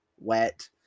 wet